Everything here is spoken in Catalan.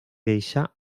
deixà